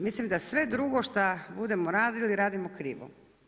Mislim da sve drugo šta budemo radili, radimo krivo.